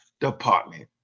department